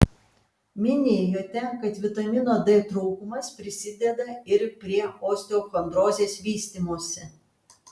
minėjote kad vitamino d trūkumas prisideda ir prie osteochondrozės vystymosi